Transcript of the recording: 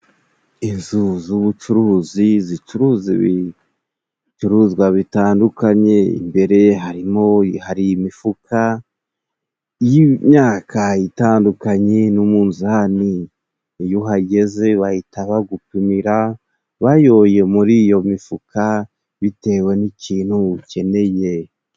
Inzu z'ubucuruzi zicuruza ibicuruzwa bitandukanye, imbere harimo hari imifuka y'imyaka itandukanye n'umunzani. Iyo uhageze bahita bagupimira bayoye muri iyo mifuka bitewe n'ikintu ukeneye.